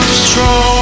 strong